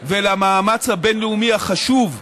ולמאמץ הבין-לאומי החשוב,